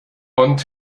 und